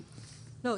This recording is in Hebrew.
לא,